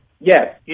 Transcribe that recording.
yes